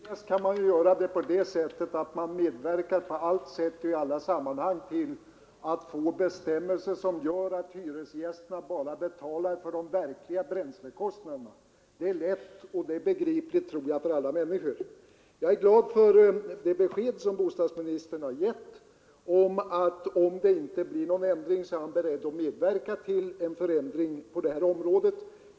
Herr talman! Begripligast kan man göra det genom att på allt sätt medverka till att bestämmelserna i olika sammanhang blir sådana att hyresgästerna bara betalar för de verkliga bränslekostnaderna. Det är lätt och det är begripligt, tror jag, för alla människor. Jag är glad för det besked som bostadsministern har givit att han, om det inte blir någon ändring, är beredd att medverka till en bättre ordning.